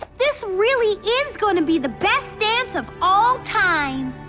this really is gonna be the best dance of all time.